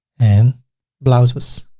and blouses